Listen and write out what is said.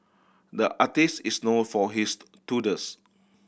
the artist is known for his doodles